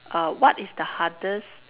err what is the hardest